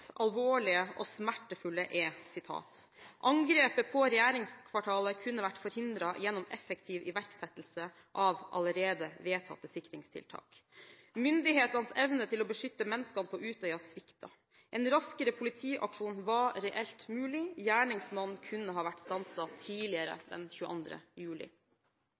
alvorlige og smertefulle er: «Angrepet på regjeringskvartalet 22/7 kunne ha vært forhindret gjennom effektiv iverksettelse av allerede vedtatte sikringstiltak.» «Myndighetenes evne til å beskytte menneskene på Utøya sviktet. En raskere politiaksjon var reelt mulig. Gjerningsmannen kunne ha vært stanset tidligere